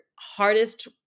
hardest